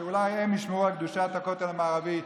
שאולי הם ישמרו על קדושת הכותל המערבי,